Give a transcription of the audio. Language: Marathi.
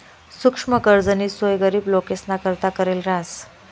सुक्ष्म कर्जनी सोय गरीब लोकेसना करता करेल रहास